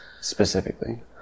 specifically